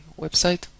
website